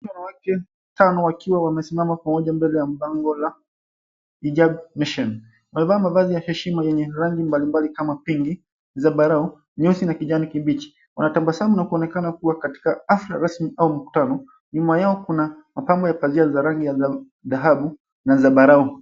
Wanawake tano wakiwa wamesimama pamoja mbele ya bango la Hijab Mission. Wamevaa mavazi ya heshima yenye rangi mbalimbali kama pinki, zambarau, nyeusi na kijani kibichi. Wanatabasamu na kuonekana kuwa katika hafla rasmi ama mkutano. Nyuma yao kuna mapambo ya pazia rangi ya dhahabu na zambarau.